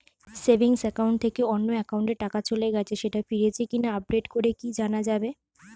Savings account থেকে অন্য একাউন্টে টাকা চলে গেছে সেটা ফিরেছে কিনা আপডেট করে কি জানা যাবে?